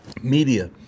media